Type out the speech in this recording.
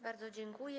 Bardzo dziękuję.